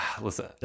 listen